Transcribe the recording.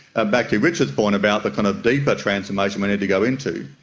ah back to richard's point about the kind of deeper transformation we need to go into,